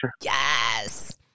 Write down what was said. Yes